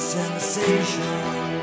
sensation